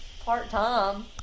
part-time